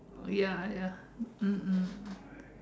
ya ya mm mm